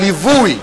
הליווי,